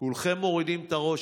כולכם מורידים את הראש,